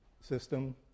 system